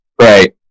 right